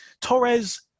Torres